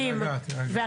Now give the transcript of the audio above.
מירב בן ארי,